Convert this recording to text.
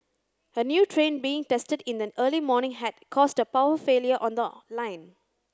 a new train being tested in the early morning had caused a power failure on the line